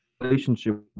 relationship